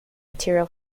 material